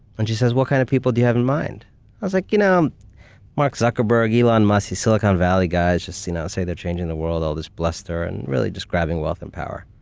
and she says, what kind of people do you have in mind? i was like, you know mark zuckerberg, elon musk, these silicon valley guys, just you know say they're changing the world, all this bluster. and really, just grabbing wealth and power.